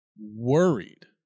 worried